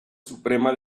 suprema